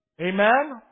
Amen